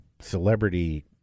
celebrity